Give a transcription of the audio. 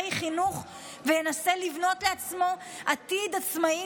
חינוך וינסה לבנות לעצמו עתיד עצמאי,